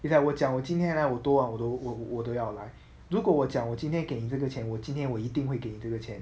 is like 我讲我今天会来我多晚我都我我都要来如果我讲我今天给你这个钱我今天我一定会给你这个钱